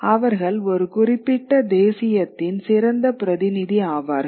அவர்கள் ஒரு குறிப்பிட்ட தேசியத்தின் சிறந்த பிரதிநிதி ஆவார்கள்